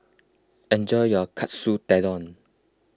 enjoy your Katsu Tendon